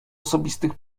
osobistych